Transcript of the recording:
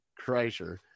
Kreischer